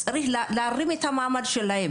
צריך להרים את מעמדן,